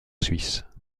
suisse